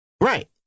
Right